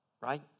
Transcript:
right